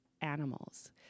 animals